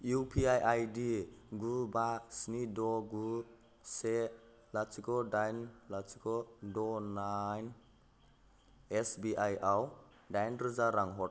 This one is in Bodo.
इउ पि आइ डि गु बा स्नि द' गु से लाथिख' दाइन लाथिख' द' गु एदारेट एस बि आइ आव दाइन रोजा रां हर